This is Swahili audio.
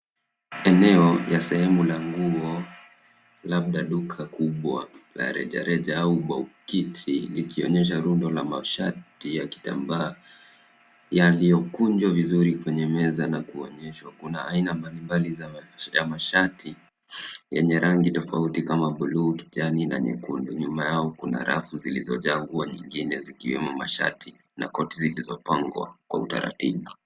Eneo ya sehemu la nguo kuna labda duka kubwa la rejaja au butiki likionyesha rundo la mashati ya kitambaa yaliyokunjwa vizuri kwenye meza na kuonyeshwa. Kuna aina mbalimbali ya mashati yenye rangi tofauti kama buluu, kijani na nyekundu. Nyuma yao kuna rafu zilizojaa nguo nyingine zikiwemo mashati na koti zilizopangwa kwa utaratibu.